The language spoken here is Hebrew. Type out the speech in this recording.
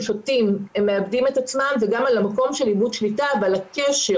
שותים הם מאבדים את עצמם וגם על המקום של איבוד שליטה ועל הקשר,